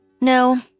No